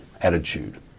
attitude